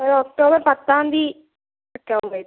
ഒരു ഒക്ടോബർ പത്താം തീയതി ഒക്കെ ആകുമ്പോഴേക്കും